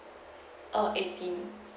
uh eighteen